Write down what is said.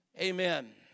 Amen